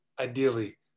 ideally